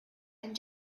and